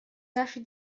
нашей